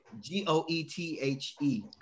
G-O-E-T-H-E